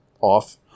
off